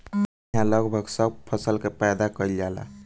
इहा लगभग सब फसल के पैदा कईल जाला